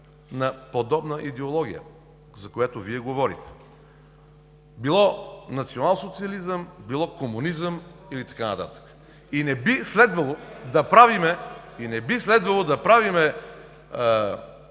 на подобна идеология, за която Вие говорите, било националсоциализъм, било комунизъм и така нататък. Не би следвало да правим